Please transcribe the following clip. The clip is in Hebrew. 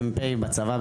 מ"פ בצבא,